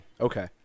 Okay